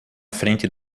frente